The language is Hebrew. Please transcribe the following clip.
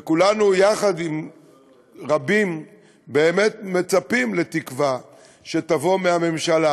וכולנו יחד עם רבים באמת מצפים לתקווה שתבוא מהממשלה,